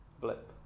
blip